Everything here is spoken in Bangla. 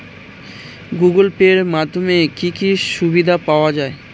গুগোল পে এর মাধ্যমে কি কি সুবিধা পাওয়া যায়?